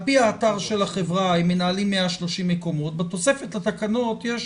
על פי האתר של החברה הם מנהלים 130 מקומות בתוספת לתקנות יש